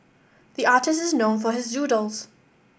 the artist is known for his doodles